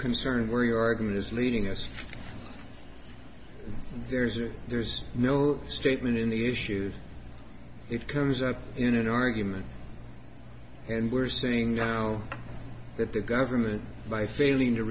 where your argument is leading us there's a there's no statement in the issue it comes up in an argument and we're seeing now that the government by failing to